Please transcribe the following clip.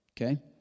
okay